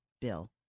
Bill